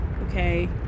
Okay